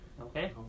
Okay